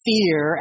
Fear